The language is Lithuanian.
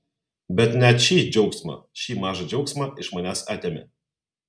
bet net šį džiaugsmą šį mažą džiaugsmą iš manęs atėmė